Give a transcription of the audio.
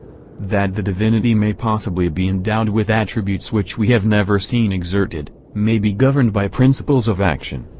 that the divinity may possibly be endowed with attributes which we have never seen exerted may be governed by principles of action,